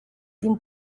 din